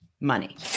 Money